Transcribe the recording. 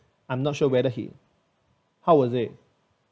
I'm not sure whether he how was it